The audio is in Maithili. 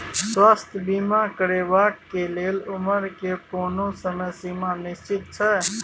स्वास्थ्य बीमा करेवाक के लेल उमर के कोनो समय सीमा निश्चित छै?